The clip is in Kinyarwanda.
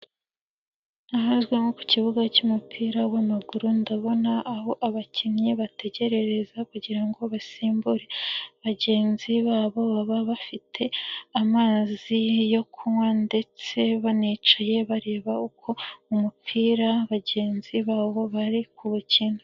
Ahazwi nko ku kibuga cy'umupira w'amaguru ndabona aho abakinnyi bategerereza kugira basimbure bagenzi babo, baba bafite amazi yo kunywa ndetse bananicaye bareba uko umupira bagenzi babo bari kuwukina.